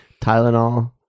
Tylenol